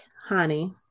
Honey